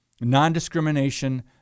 Non-Discrimination